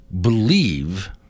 believe